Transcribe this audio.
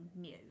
new